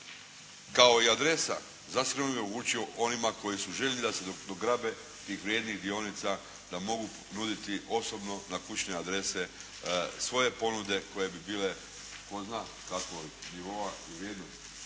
kao i adresa, zasigurno bi omogućio onima koji su željni da se dograbe tih vrijednih dionica da mogu ponuditi osobno na kućne adrese svoje ponude koje bi bile, tko zna kakva …/Govornik